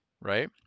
right